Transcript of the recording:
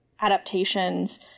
adaptations